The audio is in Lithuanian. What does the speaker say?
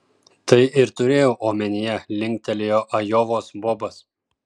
tai ir turėjau omenyje linktelėjo ajovos bobas